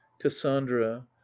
cassandra